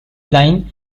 line